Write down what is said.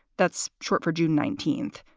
that's short for june nineteenth,